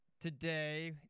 today